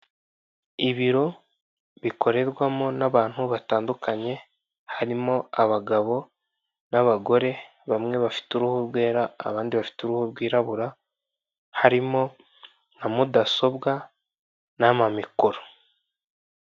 Ibiro bikorerwamo n'abantu batandukanye harimo abagabo n'abagore bamwe bafite uruhu rwera abandi bafite uruhu bwiwirabura, harimo nka mudasobwa n'amamikoro.